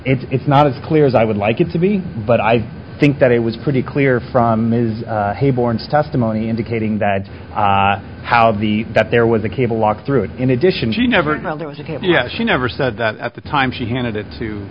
end it's not as clear as i would like it to be but i think that it was pretty clear from ms bourne's testimony indicating that how the that there was a cable walk through it in addition she never she never said that at the time she handed it to